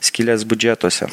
skyles biudžetuose